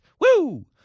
Woo